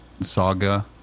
saga